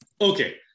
Okay